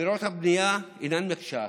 עבירות הבנייה אינן מקשה אחת,